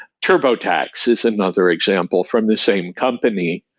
turbotax is another example from the same company.